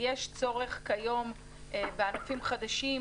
יש צורך כיום בענפים חדשים,